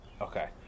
Okay